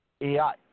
AI